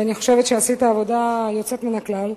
שאני חושבת שעשית עבודה יוצאת מן הכלל,